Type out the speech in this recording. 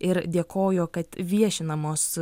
ir dėkojo kad viešinamos